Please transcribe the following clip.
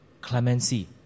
clemency